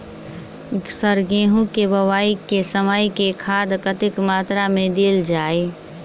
Sir गेंहूँ केँ बोवाई केँ समय केँ खाद कतेक मात्रा मे देल जाएँ?